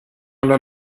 alla